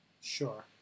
Sure